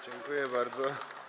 Dziękuję bardzo.